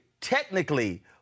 technically